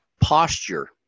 posture